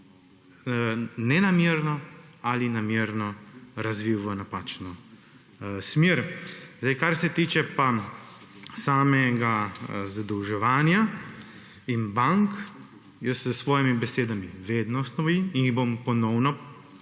nenamerno ali namerno razvil v napačno smer. Kar se tiče pa samega zadolževanja in bank. Jaz se s svojimi besedami vedno / nerazumljivo/ in jih bom ponovno ponovil,